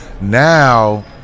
Now